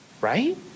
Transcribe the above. Right